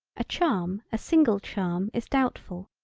a charm a single charm is doubtful.